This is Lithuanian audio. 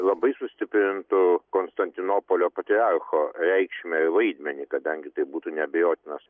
labai sustiprintų konstantinopolio patriarcho reikšmą ir vaidmenį kadangi tai būtų neabejotinas